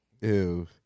Ew